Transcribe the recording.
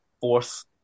fourth